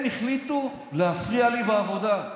הם החליטו להפריע לי בעבודה.